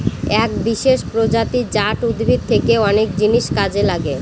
এক বিশেষ প্রজাতি জাট উদ্ভিদ থেকে অনেক জিনিস কাজে লাগে